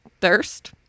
thirst